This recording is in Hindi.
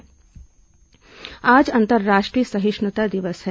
अंतरराष्ट्रीय सहिष्णुता दिवस आज अंतरराष्ट्रीय सहिष्णुता दिवस है